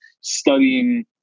studying